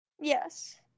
Yes